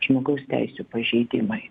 žmogaus teisių pažeidimai